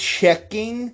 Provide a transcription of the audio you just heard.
checking